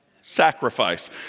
sacrifice